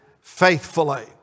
faithfully